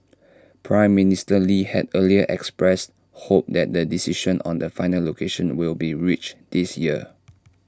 Prime Minister lee had earlier expressed hope that the decision on the final location will be reached this year